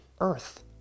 Earth